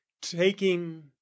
taking